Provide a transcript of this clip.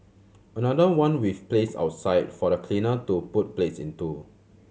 another one we've placed outside for the cleaner to put plates into